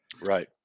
Right